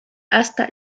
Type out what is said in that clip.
hasta